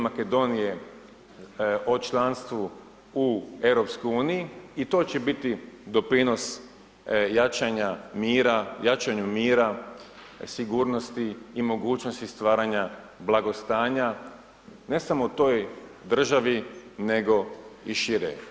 Makedonije o članstvu u EU i to će biti doprinos jačanju mira, sigurnosti i mogućnosti stvaranja blagostanja ne samo u toj državi, nego i šire.